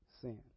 sin